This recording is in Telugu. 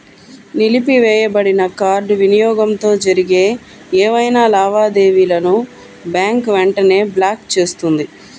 నిలిపివేయబడిన కార్డ్ వినియోగంతో జరిగే ఏవైనా లావాదేవీలను బ్యాంక్ వెంటనే బ్లాక్ చేస్తుంది